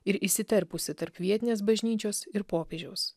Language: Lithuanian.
ir įsiterpusi tarp vietinės bažnyčios ir popiežiaus